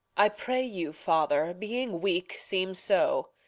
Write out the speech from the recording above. i pray you, father, being weak, seem so.